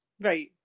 right